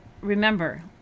remember